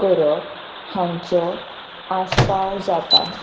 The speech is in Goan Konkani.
करप हांचो आस्पाव जाता